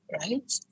right